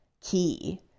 key